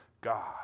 God